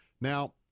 Now